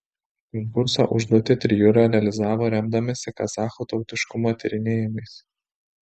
konkurso užduotį trijulė realizavo remdamasi kazachų tautiškumo tyrinėjimais